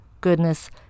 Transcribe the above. goodness